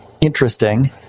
interesting